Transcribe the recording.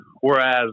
whereas